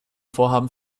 vorhaben